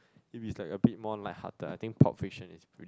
if it's like a bit more light hearted I think Pulp Fiction is